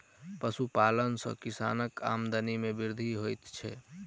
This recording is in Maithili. पशुपालन सॅ किसानक आमदनी मे वृद्धि होइत छै